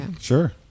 Sure